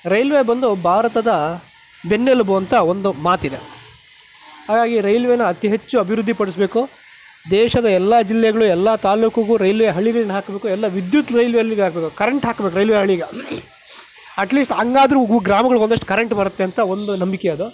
railway ಬಂದು ಭಾರತದ ಬೆನ್ನೆಲುಬು ಅಂತ ಒಂದು ಮಾತಿದೆ ಹಾಗಾಗಿ ರೈಲ್ವೆನ ಅತಿ ಹೆಚ್ಚು ಅಭಿವೃದ್ಧಿಪಡಿಸ್ಬೇಕು ದೇಶದ ಎಲ್ಲ ಜಿಲ್ಲೆಗಳು ಎಲ್ಲ ತಾಲ್ಲೂಕಿಗೂ ರೈಲ್ವೆ ಹಳಿಗಳನ್ನು ಹಾಕಬೇಕು ಎಲ್ಲ ವಿದ್ಯುತ್ ರೈಲ್ವೆ ಹಳಿಗಳು ಹಾಕಬೇಕು ಕರೆಂಟ್ ಹಾಕಬೇಕು ರೈಲ್ವೆ ಹಳಿಗೆ ಅಟ್ಲೀಸ್ಟ್ ಹಾಗಾದ್ರು ಗ್ರಾಮಗಳಿಗೆ ಒಂದಷ್ಟು ಕರೆಂಟ್ ಬರುತ್ತೆ ಅಂತ ಒಂದು ನಂಬಿಕೆ ಅದು